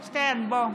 שטרן, בוא.